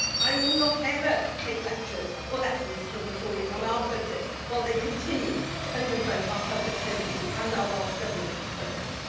i will not ever take lectures or lessons from the tories on our budget while they continue to underfund our public services and our welsh government budget.